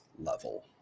level